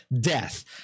death